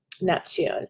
Neptune